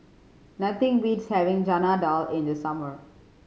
nothing beats having Chana Dal in the summer